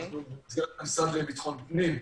אנחנו במסגרת המשרד לביטחון הפנים,